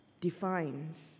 defines